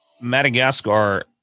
Madagascar